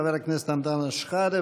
חבר הכנסת אנטאנס שחאדה,